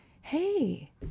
hey